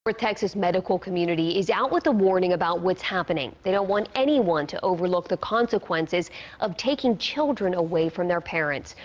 north texas medical community is out with a warning about what's happening. they don't want anyone to overlook the consequences of taking children away from their parents.